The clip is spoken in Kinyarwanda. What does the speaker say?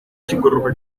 kigororwa